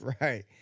right